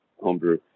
homebrew